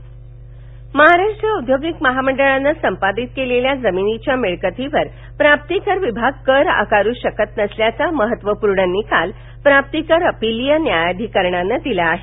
MIDC आयकर महाराष्ट्र औद्योगिक महामंडळाने संपादित केलेल्या जमिनीच्या मिळकतीवर प्राप्तीकर विभाग कर आकारू शकत नसल्याचा महत्वपूर्ण निकाल प्राप्तीकर अपिलीय न्यायाधिकरणानं दिला आहे